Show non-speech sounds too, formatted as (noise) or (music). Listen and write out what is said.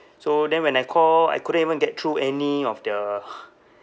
so then when I call I couldn't even get through any of the (noise)